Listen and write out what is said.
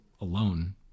alone